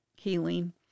healing